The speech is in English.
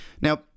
Now